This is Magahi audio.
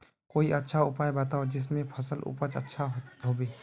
कोई अच्छा उपाय बताऊं जिससे फसल उपज अच्छा होबे